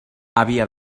havia